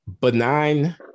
Benign